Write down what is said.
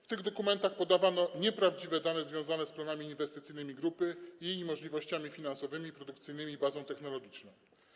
W tych dokumentach podawano nieprawdziwe dane związane z planami inwestycyjnymi grupy i jej możliwościami finansowymi, produkcyjnymi czy bazą technologiczną.